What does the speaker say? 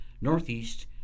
Northeast